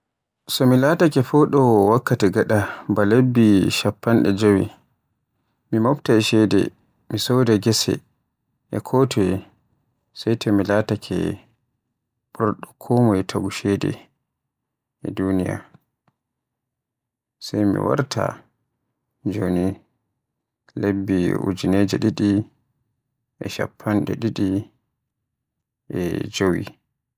So mi jadowo ko foɗowo wakkati gaɗa ba lebbi chappande jowi, mi mobtay ceede, mi soda gese e leyde e ko toye. Sey to mi laatake ɓurɗo konmoye taagu ceede e duniyaa. Sai mi warta joni lebbi ujinere didi e chappande didi e jowi